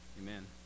amen